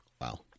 Wow